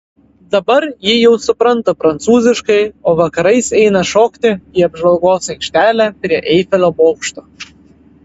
dabar ji jau supranta prancūziškai o vakarais eina šokti į apžvalgos aikštelę prie eifelio bokšto